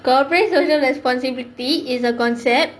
corporate social responsibility is a concept